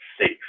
safe